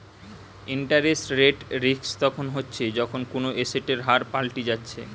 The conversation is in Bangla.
ইন্টারেস্ট রেট রিস্ক তখন হচ্ছে যখন কুনো এসেটের হার পাল্টি যাচ্ছে